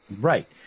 right